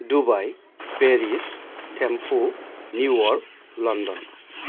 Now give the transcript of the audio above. Dubai Paris Thimphu New York London